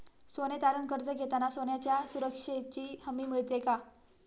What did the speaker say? सोने तारण कर्ज घेताना सोन्याच्या सुरक्षेची हमी मिळते का?